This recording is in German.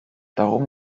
darum